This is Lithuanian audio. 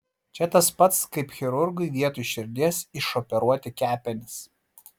čia tas pats kaip chirurgui vietoj širdies išoperuoti kepenis